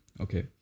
Okay